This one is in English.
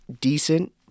decent